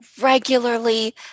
regularly